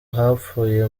hapfuye